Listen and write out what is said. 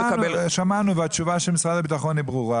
שמענו את תשובת משרד הביטחון שהיא ברורה.